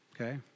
okay